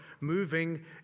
moving